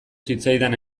zitzaidan